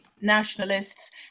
nationalists